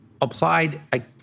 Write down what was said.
applied